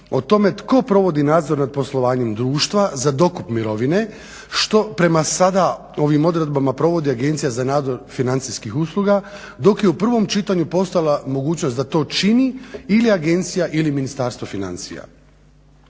o tome tko provodi nadzor nad poslovanjem društva za dokup mirovine što prema sada ovim odredbama provodi Agencija za nadzor financijskih usluga. Dok je u prvom čitanju postojala mogućnost da to čini ili agencija ili Ministarstvo financija.